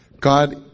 God